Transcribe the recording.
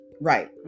Right